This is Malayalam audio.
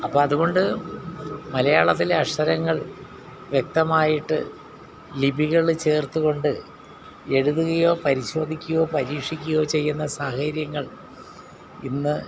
അപ്പമതു കൊണ്ട് മലയാളത്തിലെ അക്ഷരങ്ങൾ വ്യക്തമായിട്ട് ലിപികൾ ചേർത്ത് കൊണ്ട് എഴുതുകയോ പരിശോധിക്കയോ പരീക്ഷിക്കയോ ചെയ്യുന്ന സാഹചര്യങ്ങൾ ഇന്ന്